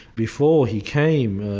before he came,